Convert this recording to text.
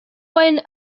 wine